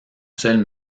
seul